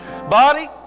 Body